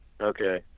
Okay